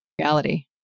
reality